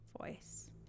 voice